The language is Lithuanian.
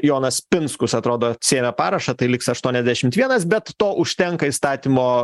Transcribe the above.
jonas pinskus atrodo atsiėmė parašą tai liks aštuoniasdešim vienas bet to užtenka įstatymo